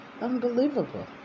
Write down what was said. Unbelievable